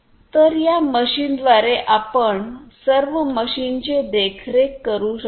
तर या मशीन्सद्वारे आपण सर्व मशीनचे देखरेख करू शकता